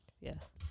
yes